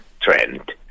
trend